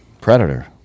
Predator